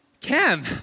Cam